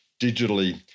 digitally